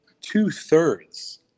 two-thirds